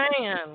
Man